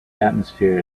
atmosphere